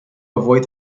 avoid